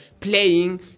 playing